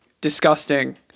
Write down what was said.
disgusting